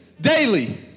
daily